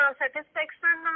satisfaction